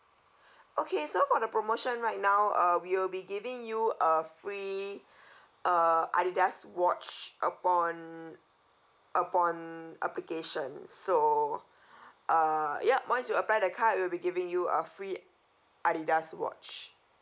okay so for the promotion right now uh we'll be giving you a free uh adidas watch upon upon application so uh yup once you apply the card we'll be giving you a free adidas watch